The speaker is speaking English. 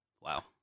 Wow